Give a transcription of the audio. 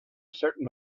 certain